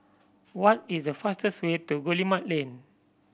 what is the fastest way to Guillemard Lane